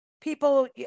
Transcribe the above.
People